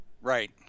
Right